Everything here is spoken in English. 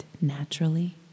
naturally